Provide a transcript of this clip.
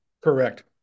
Correct